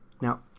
Now